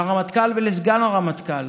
לרמטכ"ל ולסגן הרמטכ"ל